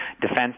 defense